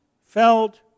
felt